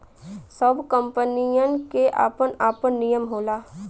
सब कंपनीयन के आपन आपन नियम होला